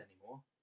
anymore